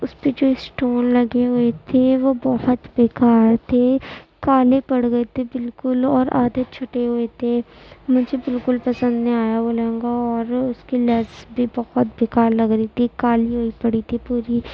اس پہ جو اسٹون لگے ہوئے تھے وہ بہت بے کار تھے کالے پڑ گئے تھے بالکل اور آدھے چھٹے ہوئے تھے مجھے بالکل پسند نہیں آیا وہ لہنگا اور اس کی لیس بھی بہت بے کار لگ رہی تھی کالی ہوئی پڑی تھی پوری